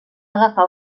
agafar